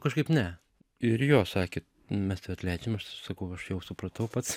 kažkaip ne ir jo sakė mes tave atleidžiam aš sakau aš jau supratau pats